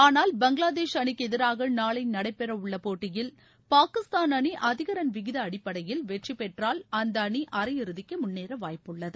ஆனால் பங்களாதேஷ் அணிக்கு எதிராக நாளை நடைபெறவுள்ள போட்டியில் பாகிஸ்தான் அணி அதிக ரன் விகித அடிப்படையில் வெற்றி பெற்றால் அந்த அணி அரையிறுதிக்கு முன்னேற வாய்ப்புள்ளது